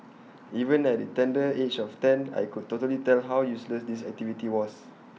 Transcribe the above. even at the tender age of ten I could totally tell how useless this activity was